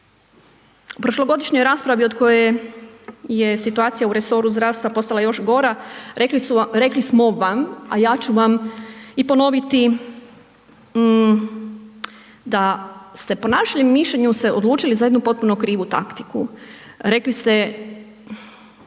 U prošlogodišnjoj raspravi od koje je situacija u resoru zdravstva postala još gora rekli smo vam a ja ću vam i ponoviti da ste po našem mišljenju se odlučili za jednu potpuno krivu taktiku, rekli ste,